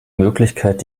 möglichkeit